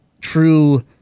true